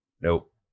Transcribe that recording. nope